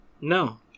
No